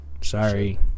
Sorry